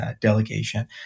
delegation